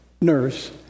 nurse